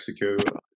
Mexico